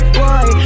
boy